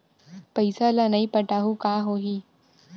पईसा ल नई पटाहूँ का होही?